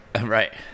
Right